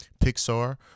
Pixar